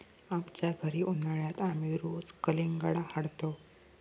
आमच्या घरी उन्हाळयात आमी रोज कलिंगडा हाडतंव